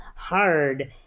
hard